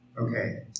Okay